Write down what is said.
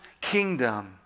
kingdom